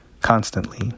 constantly